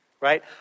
right